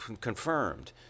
confirmed